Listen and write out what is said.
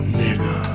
nigga